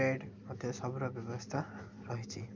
bed ମଧ୍ୟ ସବୁର ବ୍ୟବସ୍ଥା ରହିଛି